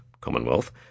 Commonwealth